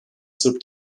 sırp